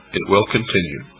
it will continue.